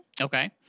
Okay